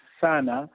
sana